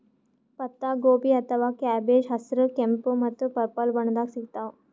ಪತ್ತಾಗೋಬಿ ಅಥವಾ ಕ್ಯಾಬೆಜ್ ಹಸ್ರ್, ಕೆಂಪ್ ಮತ್ತ್ ಪರ್ಪಲ್ ಬಣ್ಣದಾಗ್ ಸಿಗ್ತಾವ್